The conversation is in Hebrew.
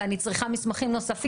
ואני צריכה מסמכים נוספים.